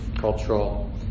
cultural